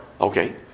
Okay